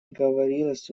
говорилось